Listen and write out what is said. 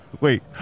Wait